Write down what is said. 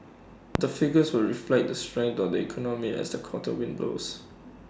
the figures will reflect the strength of the economy as the quarter windows